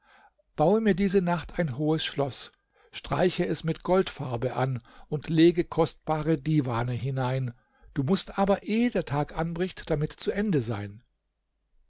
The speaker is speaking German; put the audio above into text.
baue mir diese nacht ein hohes schloß streiche es mit goldfarbe an und legte kostbare divane hinein du mußt aber ehe der tag anbricht damit zu ende sein